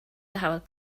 lähevad